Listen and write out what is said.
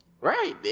Right